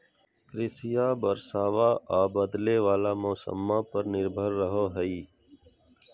कृषिया बरसाबा आ बदले वाला मौसम्मा पर निर्भर रहो हई